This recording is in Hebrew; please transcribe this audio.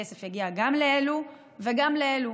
הכסף יגיע גם לאלו וגם לאלו,